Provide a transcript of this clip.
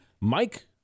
Mike